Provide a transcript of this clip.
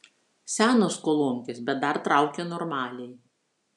senos kolonkės bet dar traukia normaliai